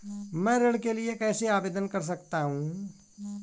मैं ऋण के लिए कैसे आवेदन कर सकता हूं?